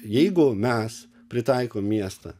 jeigu mes pritaikom miestą